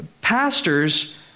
pastors